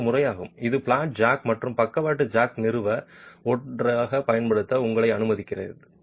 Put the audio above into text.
இது ஒரு முறையாகும் இது பிளாட் ஜாக் மற்றும் பக்கவாட்டு ஜாக்கை நிறுவ ஒன்றாக பயன்படுத்த உங்களை அனுமதிக்கிறது